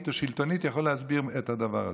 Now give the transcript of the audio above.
או שלטונית יכול להסביר את הדבר הזה.